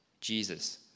Jesus